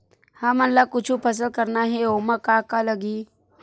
हमन ला कुछु फसल करना हे ओमा का का लगही?